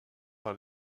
par